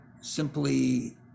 simply